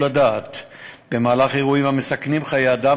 הדעת במהלך אירועים המסכנים חיי אדם,